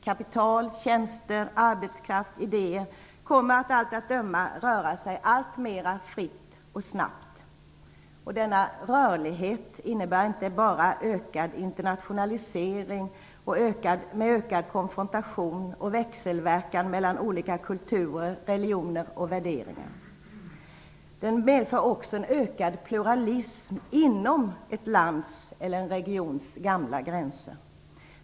Kapital, tjänster, arbetskraft och idéer kommer av allt att döma att röra sig allt friare och snabbare. Denna rörlighet innebär inte bara en ökad internationalisering med ökad konfrontation och växelverkan mellan olika kulturer, regioner och värderingar, utan den medför också en ökad pluralism inom ett lands eller en regions gamla gränser.